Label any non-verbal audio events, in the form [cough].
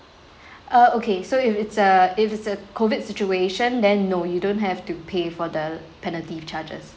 [breath] uh okay so if it's a if it's a COVID situation then no you don't have to pay for the penalty charges